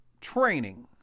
training